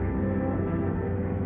man